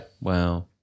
Wow